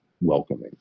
welcoming